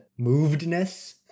movedness